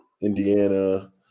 Indiana